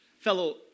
fellow